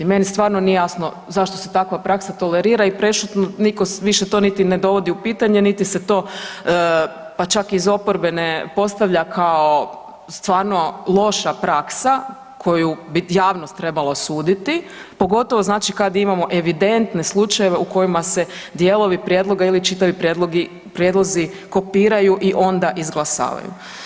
Meni stvarno nije jasno zašto se takva praksa tolerira i prešutno nitko više to ni ne dovodi u pitanje, niti se to pa čak iz oporbe ne postavlja kao stvarno loša praksa koju bi javnost trebala osuditi pogotovo znači kad imamo evidentne slučajeve u kojima se dijelovi prijedloga ili čitavi prijedlozi kopiraju i onda izglasavaju.